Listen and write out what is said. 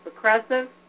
progressive